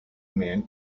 man